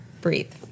breathe